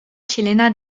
chilena